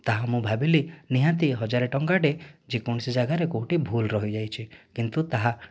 ତାହା ମୁଁ ଭାବିଲି ନିହାତି ହଜାରେ ଟଙ୍କା ଟେ ଯେକୌଣସି ଯାଗାରେ କେଉଁଠି ଭୁଲ ରହି ଯାଇଅଛି କିନ୍ତୁ ତାହା